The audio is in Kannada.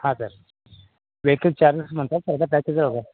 ಹಾಂ ಸರ್ ವೆಹ್ಕಲ್ ಚಾರ್ಜಸ್ ಬಂತಾ ಸರ್ ಎಲ್ಲ ಪ್ಯಾಕೇಜ್ ಒಳಗೆ